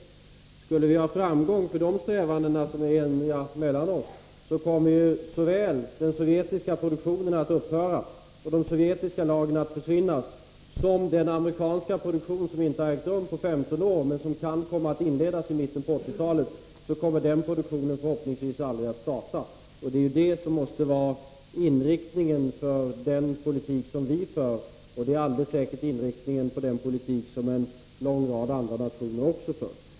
Om vi skulle nå framgång i de strävandena, som vi är eniga om, kommer ju den sovjetiska produktionen att upphöra, och de sovjetiska lagren kommer att försvinna. Den amerikanska produktionen — som inte har varit i gång på 15 år, men som kan komma att inledas i mitten av 1980-talet — kommer förhoppningsvis inte heller att starta. Det är detta som måste vara inriktningen av den politik som vi för, och det är alldeles säkert inriktningen av den politik som också en lång rad andra nationer för. Fru talman!